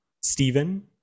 Stephen